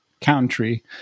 country